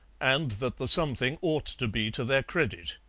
and that the something ought to be to their credit.